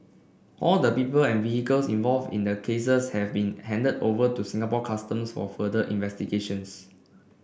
all the people and vehicles involved in the cases have been handed over to Singapore Customs for further investigations